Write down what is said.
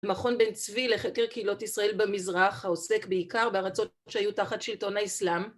מכון בן צבי לחקר קהילות ישראל במזרח העוסק בעיקר בארצות שהיו תחת שלטון האסלאם